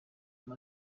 andi